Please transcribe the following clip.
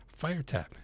firetap